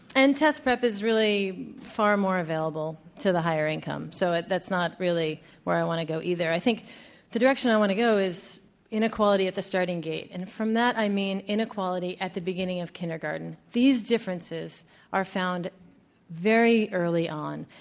and test prep is really far more available to the higher income, so that's not really where i want to go either. i think the direction i want to go is inequality at the starting gate. and from that, i mean inequality at the beginning of kindergarten. these differences are found very early on.